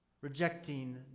Rejecting